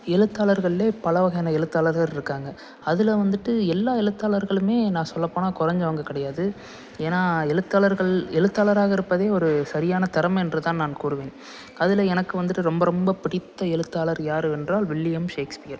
எழுத்தாளர்கள்லேயே பல வகையான எழுத்தாளர்கள் இருக்காங்க அதில் வந்துவிட்டு எல்லா எழுத்தாளர்களும் நான் சொல்ல போனால் கொறைஞ்சவங்க கிடையாது ஏன்னா எழுத்தாளர்கள் எழுத்தாளராக இருப்பதே ஒரு சரியான தெறமை என்று தான் நான் கூறுவேன் அதில் எனக்கு வந்துவிட்டு ரொம்ப ரொம்ப பிடித்த எழுத்தாளர் யார் என்றால் வில்லியம் ஷேக்ஸ்பியர்